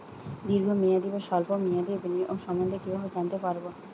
দীর্ঘ মেয়াদি বা স্বল্প মেয়াদি বিনিয়োগ সম্বন্ধে কীভাবে জানতে পারবো?